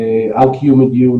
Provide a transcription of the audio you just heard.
על קיום הדיון,